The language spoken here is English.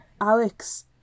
Alex